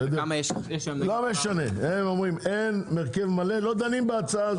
הם אומרים, אין הרכב מלא, לא דנים בהצעה הזאת.